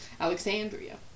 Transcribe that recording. Alexandria